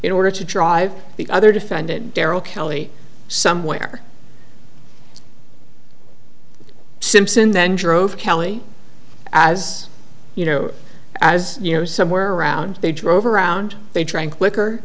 in order to drive the other defendant darryl kelley somewhere simpson then drove kelly as you know as you know somewhere around they drove around they